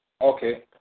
Okay